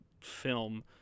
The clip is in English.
film